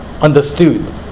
understood